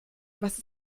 was